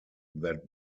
that